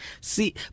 See